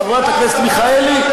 חברת הכנסת מיכאלי,